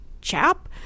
chap